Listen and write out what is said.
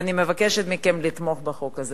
ואני מבקשת מכם לתמוך בחוק הזה.